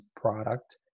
product